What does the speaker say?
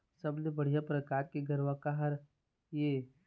सबले बढ़िया परकार के गरवा का हर ये?